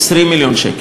20 מיליון שקל.